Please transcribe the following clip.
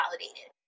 validated